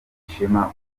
ishema